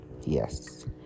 yes